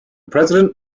president